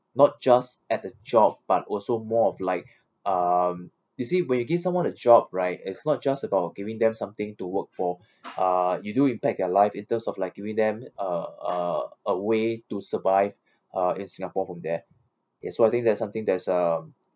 not just as a job but also more of like um you see when you give someone a job right is not just about giving them something to work for uh you do impact their life in terms of like giving them uh uh a way to survive uh in singapore from there ya so I think there's something there's uh